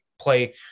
play